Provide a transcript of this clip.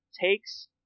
takes